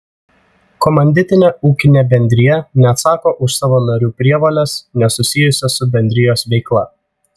komanditinė ūkinė bendrija neatsako už savo narių prievoles nesusijusias su bendrijos veikla